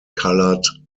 colored